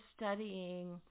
studying